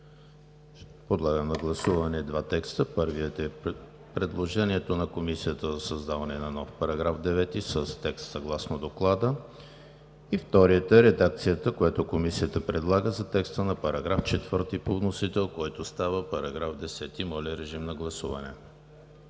Подлагам на гласуване два текста – първият е предложението на Комисията за създаване на нов § 9 с текст съгласно Доклада, и вторият е редакцията, която Комисията предлага за текста на § 4 по вносител, който става § 10. Гласували